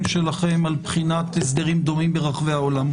שלכם על בחינת הסדרים דומים ברחבי העולם.